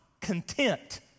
content